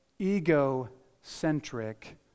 egocentric